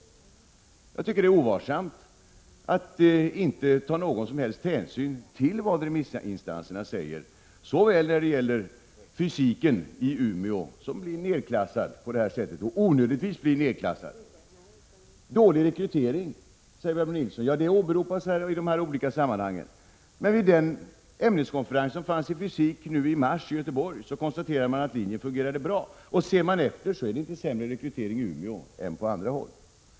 Jag tycker att det är ovarsamt att inte ta någon som helst hänsyn till vad remissinstanserna säger. Fysiken i Umeå blir på det här sättet nedklassad — onödigtvis nedklassad, vill jag säga. Rekryteringen är dålig, säger Barbro Nilsson. Ja, det åberopas i olika sammanhang, men vid den ämneskonferens i fysik som ägde rum i Göteborg nu i mars konstaterades att linjen fungerade bra. Ser man efter, finner man att rekryteringen inte är sämre i Umeå än på andra håll.